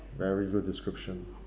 very good description